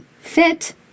fit